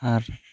ᱟᱨ